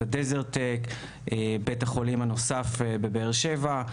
ה-DeserTech; בית החולים הנוסף בבאר שבע.